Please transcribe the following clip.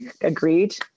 agreed